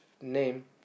name